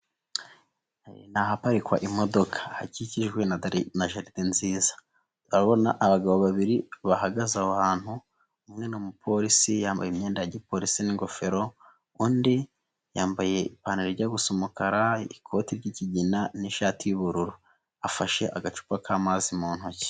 Ni ahaparikwa imodoka, hakikijwe na jaride nziza, urabona abagabo babiri bahagaze aho ahantu, umwe ni umupolisi yambaye imyenda ya gipolisi n'ingofero, undi yambaye ipantaro ijya gusa umukara, ikoti ry'ikigina n'ishati y'ubururu, afashe agacupa kamazi mu ntoki.